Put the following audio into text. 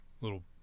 little